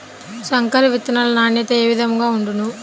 సంకర విత్తనాల నాణ్యత ఏ విధముగా ఉండును?